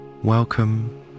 Welcome